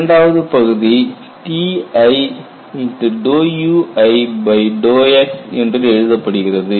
இரண்டாவது பகுதி Ti uix என்று எழுதப்படுகிறது